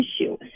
issue